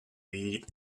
eat